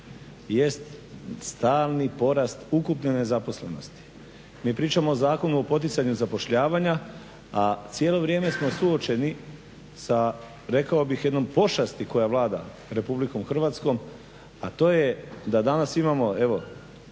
jest stalni porast ukupne nezaposlenosti. Mi pričamo o zakonu o poticanju zapošljavanja, a cijelo vrijeme smo suočeni sa rekao bih jednom pošasti koja vlada Republikom Hrvatskom, a to je da danas imamo evo